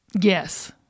Yes